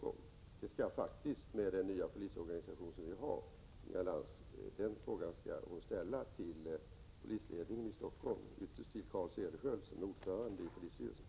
Jag skall faktiskt, Inga Lantz, i enlighet med den nya polisorganisationen föreslå att den här frågan ställs till polisledningen i Stockholm, ytterst till Carl Cederschiöld, som är ordförande i polisstyrelsen.